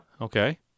Okay